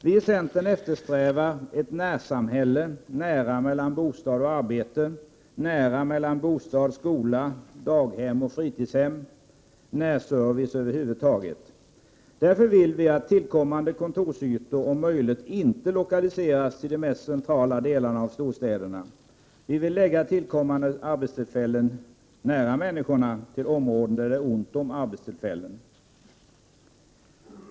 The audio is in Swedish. Vi i centern eftersträvar ett närsamhälle, där det är nära mellan bostad och arbete, nära mellan bostad, skola, daghem och fritidshem, närservice över huvud taget. Därför vill vi att tillkommande kontorsytor om möjligt inte lokaliseras till de mest centrala delarna av storstäderna. Vi vill lägga tillkommande arbetstillfällen nära människorna, till områden där det är ont om arbetstillfällen.